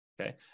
Okay